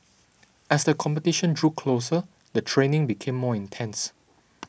as the competition drew closer the training became more intense